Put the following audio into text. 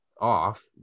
off